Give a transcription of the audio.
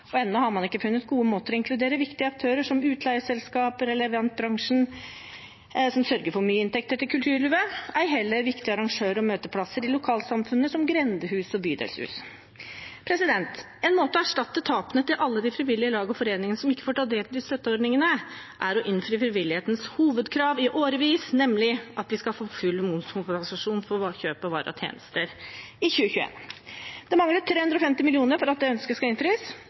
Og ennå har man ikke funnet gode måter for å inkludere viktige aktører som utleieselskaper eller eventbransjen, som sørger for mye inntekter til kulturlivet, ei heller for viktige arrangører og møteplasser i lokalsamfunnet som grendehus og bydelshus. En måte å erstatte tapene til alle de frivillige lagene og foreningene som ikke får ta del i støtteordningene på, er å innføre frivillighetens hovedkrav i årevis, nemlig full momskompensasjon ved kjøp av varer og tjenester i 2021. Det mangler 350 mill. kr for at det ønsket skal innfris.